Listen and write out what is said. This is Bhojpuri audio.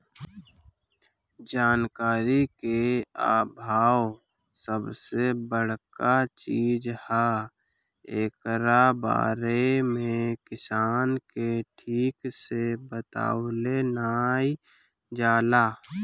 जानकारी के आभाव सबसे बड़का चीज हअ, एकरा बारे में किसान के ठीक से बतवलो नाइ जाला